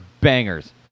bangers